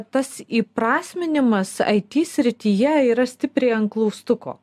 tas įprasminimas it srityje yra stipriai ant klaustuko